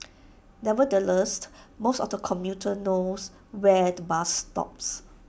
nevertheless most of the commuters knows where the bus stops